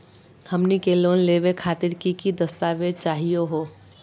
हमनी के लोन लेवे खातीर की की दस्तावेज चाहीयो हो?